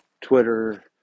Twitter